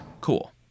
cool